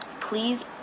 please